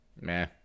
Meh